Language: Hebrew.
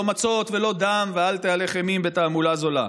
לא מצות ולא דם, ואל תהלך אימים בתעמולה זולה.